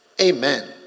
Amen